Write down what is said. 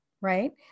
right